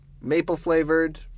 maple-flavored